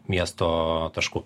miesto tašku